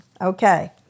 Okay